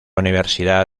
universidad